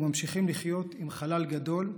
וממשיכים לחיות עם חלל גדול,